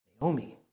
Naomi